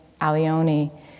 Alioni